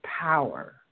power